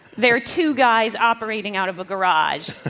there're two guys operating out of a garage.